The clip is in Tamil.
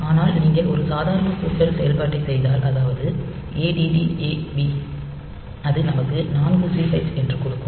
ஆனால் நீங்கள் ஒரு சாதாரண கூட்டல் செயல்பாட்டைச் செய்தால் அதாவது add A B அது நமக்கு 4சி ஹெக்ஸ் என்று கொடுக்கும்